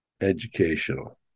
educational